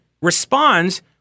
responds